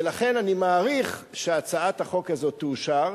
ולכן, אני מעריך שהצעת החוק הזאת תאושר.